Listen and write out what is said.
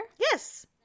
Yes